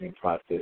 process